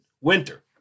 winter